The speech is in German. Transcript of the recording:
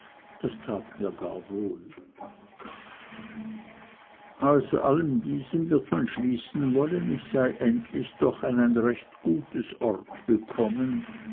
das tat mir gar wohl aus diesem allem wird man schließen wollen ich sei endlich doch an ein recht gutes ort gekommen